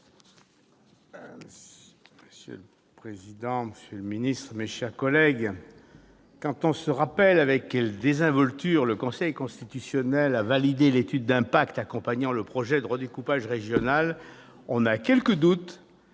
Monsieur le président, monsieur le secrétaire d'État, mes chers collègues, quand on se rappelle avec quelle désinvolture le Conseil constitutionnel a validé l'étude d'impact accompagnant le projet de redécoupage régional, on a quelques doutes